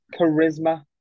charisma